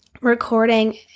recording